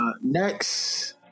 Next